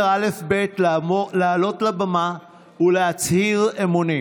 האל"ף-בי"ת לעלות לבמה ולהצהיר אמונים.